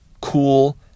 cool